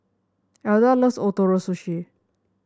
Elda loves Ootoro Sushi